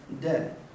dead